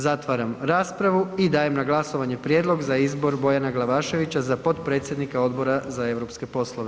Zatvaram raspravu i dajem na glasovanje Prijedlog za izbor Bojana Glavaševića za potpredsjednika Odbora za europske poslove.